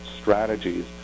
strategies